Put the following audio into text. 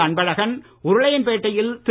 அன்பழகன் உருளையன்பேட்டையில் திரு